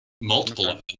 multiple